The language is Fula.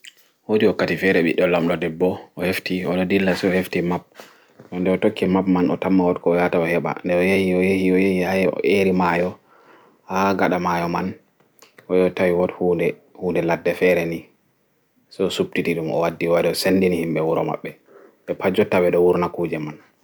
Woɗi wakkati ɓiɗɗo lamɗo ɗeɓɓo o hefti oɗo ɗilla se o hefti map to nɗe otokki map man o tammi woɗi ko oyahata oheɓa nɗe o yehi o yehi o eri maayo haa gaɗa maayo man o yehi o tawi woɗi huunɗe laɗɗe fere ni se o suptiti ɗum o waɗɗi o wari o senɗini himɓe wuro maɓɓe ɓe pat jotta ɓe ɗo wurna kuuje man